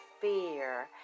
fear